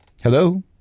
hello